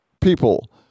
people